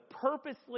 purposely